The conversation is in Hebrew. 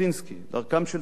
דרכם של תלמידיו,